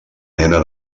nena